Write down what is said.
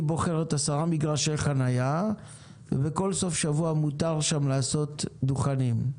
בוחרת עשרה מגרשי חניה ובכל סוף שבוע מותר שם לעשות דוכנים.